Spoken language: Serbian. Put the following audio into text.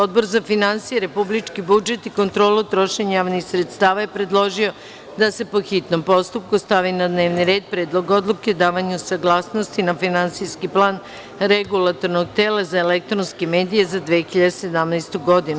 Odbor za finansije, republički budžet i kontrolu trošenja javnih sredstava je predložio da se, po hitnom postupku, stavi na dnevni red Predlog odluke o davanju saglasnosti na Finansijski plan regulatornog tela za elektronske medije za 2017. godinu.